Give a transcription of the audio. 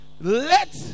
let